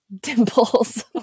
dimples